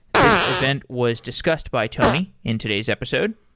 this event was discussed by tony in today's episode.